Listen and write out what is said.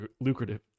lucrative